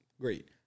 great